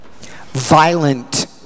Violent